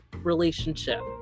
relationship